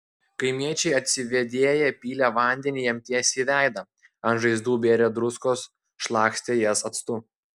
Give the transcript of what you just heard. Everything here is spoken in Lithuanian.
kaimiečiai atsivėdėję pylė vandenį jam tiesiai į veidą ant žaizdų bėrė druskos šlakstė jas actu